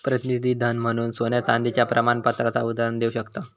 प्रतिनिधी धन म्हणून सोन्या चांदीच्या प्रमाणपत्राचा उदाहरण देव शकताव